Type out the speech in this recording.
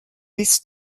bis